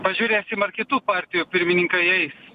pažiūrėsim ar kitų partijų pirmininkai eis